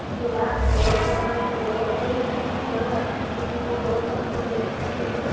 गुलाब के हो कमल के हो कोई चीज़ के हो अच्छी चीज़ फूल हो तो हमको दे दीजिए